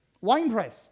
winepress